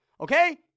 okay